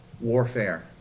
Warfare